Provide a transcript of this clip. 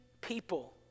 people